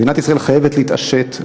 מדינת ישראל חייבת להתעשת,